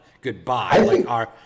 Goodbye